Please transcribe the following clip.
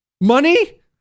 Money